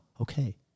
Okay